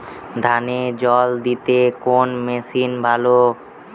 ধানে জল দিতে কোন মেশিন ভালো?